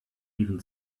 even